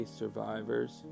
survivors